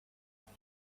hari